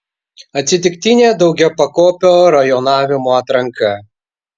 atsitiktinė daugiapakopio rajonavimo atranka